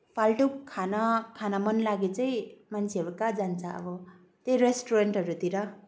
फाल्टु खाना खान मन लागे चाहिँ मान्छेहरू कहाँ जान्छ अब त्यहीँ रेस्टुरेन्टहरूतिर